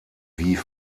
wie